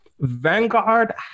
Vanguard